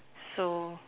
so